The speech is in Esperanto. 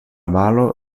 valo